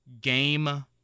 Game